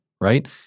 right